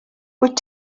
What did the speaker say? wyt